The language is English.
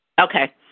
Okay